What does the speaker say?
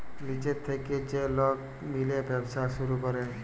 লিজের থ্যাইকে যে লক মিলে ব্যবছা ছুরু ক্যরে